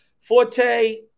Forte